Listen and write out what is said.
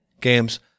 games